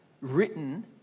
written